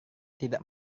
tidak